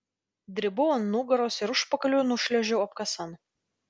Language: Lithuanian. dribau ant nugaros ir užpakaliu nušliuožiau apkasan